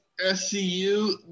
SCU